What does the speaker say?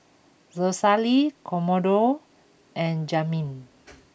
Rosalie Commodore and Jazmin